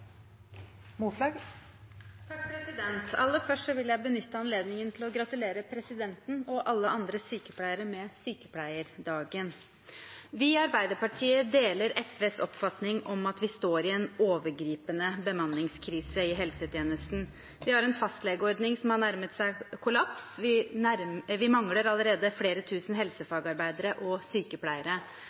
Aller først vil jeg benytte anledningen til å gratulere presidenten og alle andre sykepleiere med sykepleierdagen! Vi i Arbeiderpartiet deler SVs oppfatning om at vi står i en overgripende bemanningskrise i helsetjenesten. Vi har en fastlegeordning som har nærmet seg kollaps, og vi mangler allerede flere tusen helsefagarbeidere og sykepleiere.